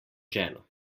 ženo